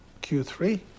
Q3